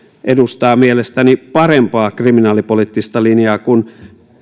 edustaa mielestäni parempaa kriminaalipoliittista linjaa kuin